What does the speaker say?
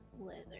leather